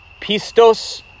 pistos